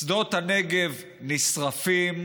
שדות הנגב נשרפים,